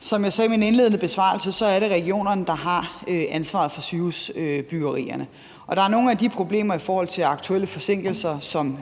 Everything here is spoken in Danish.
Som jeg sagde i min indledende besvarelse, er det regionerne, der har ansvaret for sygehusbyggerierne. Og der er nogle af de problemer i forhold til de aktuelle forsinkelser, som